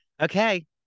okay